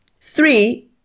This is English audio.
Three